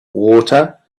water